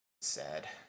sad